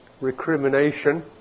recrimination